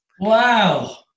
Wow